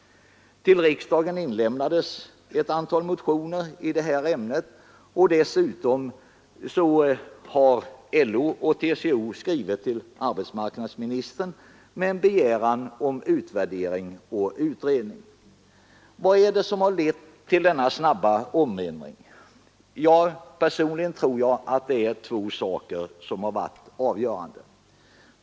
Till riksdagen har det inlämnats ett antal motioner i ämnet, och dessutom har LO och TCO skrivit till arbetsmarknadsministern med en begäran om utvärdering och utredning. Vad är det som har lett till denna snabba omändring? Personligen tror jag att två saker har varit avgörande.